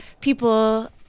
people